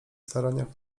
staraniach